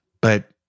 But-